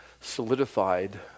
solidified